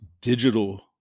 digital